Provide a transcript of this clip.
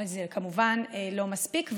אבל זה כמובן לא מספיק,